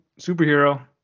superhero